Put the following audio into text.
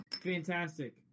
Fantastic